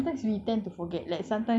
because ya